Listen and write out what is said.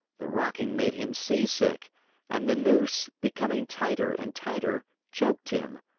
the rocking made him seasick and the noose, becoming tighter and tighter, choked him.